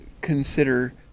consider